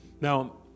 Now